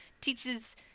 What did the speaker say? teaches